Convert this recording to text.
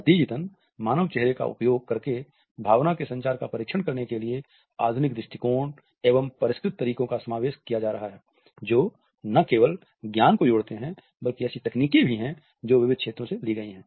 नतीजतन मानव चेहरे का उपयोग करके भावना के संचार का परीक्षण करने के लिए आधुनिक दृष्टिकोण एवं परिष्कृत तरीकों का समावेश किया जा रहा है जो न केवल ज्ञान को जोड़ते है बल्कि ऐसी तकनीकें भी हैं जो विविध क्षेत्रों से ली की गई हैं